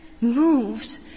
moved